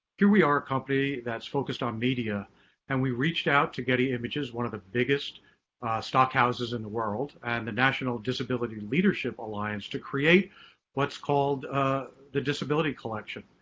here we are a company that's focused on media and we reached out to getty images, one of the biggest stock houses in the world and the national disability leadership alliance to create but the disability collection.